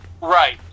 Right